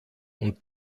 und